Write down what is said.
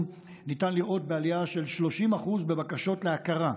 ניתן לראות בעלייה של 30% בבקשות להכרה,